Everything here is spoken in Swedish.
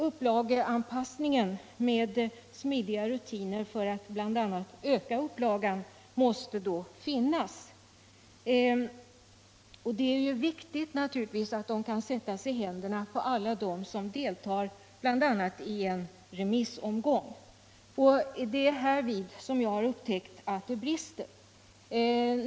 Upplageanpassning 5 med smidiga rutiner för att bl.a. öka upplagan måste då finnas. Det är naturligtvis viktigt att betänkandena kan sättas i händerna på t.ex. alla dem som deltar i en remissomgång. Det är därvidlag som jag har upptäckt att det brister.